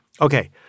Okay